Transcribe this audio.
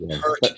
hurt